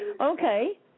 Okay